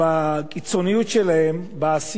בעשייה השלילית שלהם,